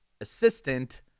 assistant